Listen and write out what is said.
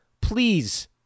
please